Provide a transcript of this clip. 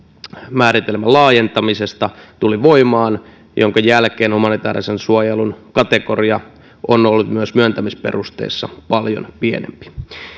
määritelmän laajentamisesta tuli voimaan minkä jälkeen humanitaarisen suojelun kategoria on ollut myös myöntämisperusteissa paljon pienempi